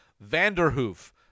Vanderhoof